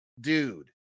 dude